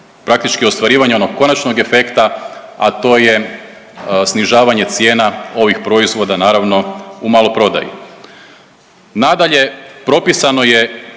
praktički ostvarivanja onog konačnog efekta, a to je snižavanje cijena ovih proizvoda naravno u maloprodaji. Nadalje, propisano je